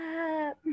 up